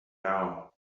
now